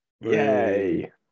Yay